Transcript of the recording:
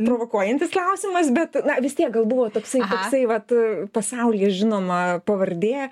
provokuojantis klausimas bet na vis tiek gal buvo toksai toksai vat pasaulyje žinoma pavardė